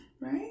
Right